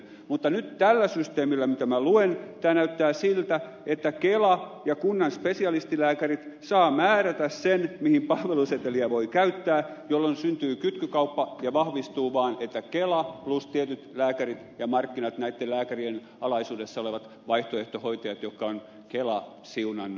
mutta nyt tällä systeemillä mitä minä luen näyttää siltä että kela ja kunnan spesialistilääkärit saavat määrätä sen mihin palveluseteliä voi käyttää jolloin syntyy kytkykauppa ja vahvistuu vaan että vaihtoehtoja ovat kela plus tietyt lääkärit ja markkinat näitten lääkärien alaisuudessa olevat vaihtoehtohoitajat jotka on kela siunannut